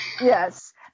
Yes